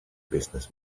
business